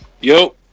Yo